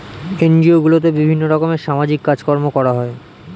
NGO গুলোতে বিভিন্ন রকমের সামাজিক কাজকর্ম করা হয়